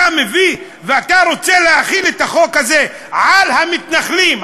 אתה מביא ואתה רוצה להחיל את החוק הזה על המתנחלים,